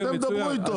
אתם תדברו איתו.